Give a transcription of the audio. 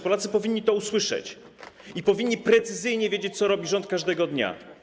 Polacy powinni to usłyszeć i powinni precyzyjnie wiedzieć, co robi rząd każdego dnia.